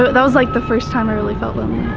that was like the first time i really felt lonely.